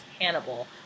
Hannibal